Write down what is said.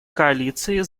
коалиции